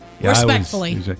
Respectfully